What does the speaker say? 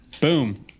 boom